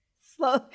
Slow